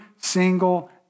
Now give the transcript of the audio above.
single